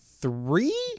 Three